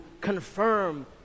confirm